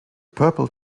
purple